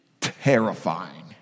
terrifying